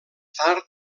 tard